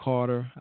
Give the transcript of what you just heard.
Carter